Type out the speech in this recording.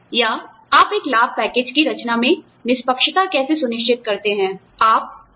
या आप एक लाभ पैकेज की रचना में निष्पक्षता कैसे सुनिश्चित करते हैं